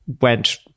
went